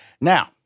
Now